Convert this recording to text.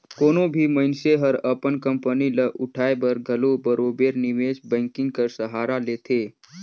कोनो भी मइनसे हर अपन कंपनी ल उठाए बर घलो बरोबेर निवेस बैंकिंग कर सहारा लेथे